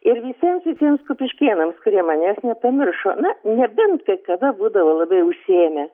ir visiems visiems kupiškėnams kurie manęs nepamiršo na nebent kai kada būdavo labai užsiėmę